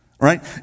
right